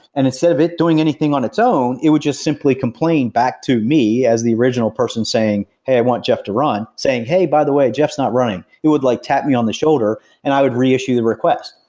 and instead of it doing anything on its own, it would just simply complain back to me as the original person saying, hey, i want jeff to run, saying, hey, by the way, jeff's not running. it would like tap me on the shoulder and i would reissue the request,